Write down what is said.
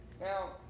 Now